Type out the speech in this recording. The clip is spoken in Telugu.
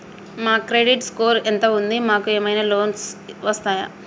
మా క్రెడిట్ స్కోర్ ఎంత ఉంది? మాకు ఏమైనా లోన్స్ వస్తయా?